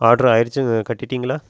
order ஆகிருச்சி கட்டிட்டிங்களா